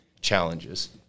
challenges